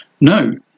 No